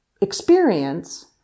experience